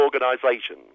organisation